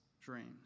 dreams